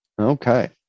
Okay